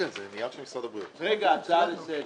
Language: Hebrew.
הצעה לסדר.